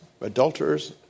adulterers